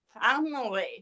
family